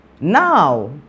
Now